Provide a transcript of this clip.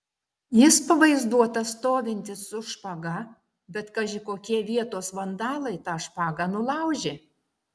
jis pavaizduotas stovintis su špaga bet kaži kokie vietos vandalai tą špagą nulaužė